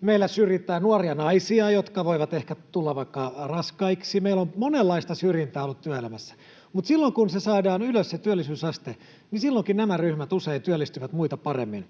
meillä syrjitään nuoria naisia, jotka voivat ehkä tulla vaikka raskaiksi, meillä on monenlaista syrjintää ollut työelämässä, mutta silloin kun saadaan ylös se työllisyysaste, niin silloinkin nämä ryhmät usein työllistyvät muita paremmin.